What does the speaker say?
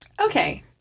Okay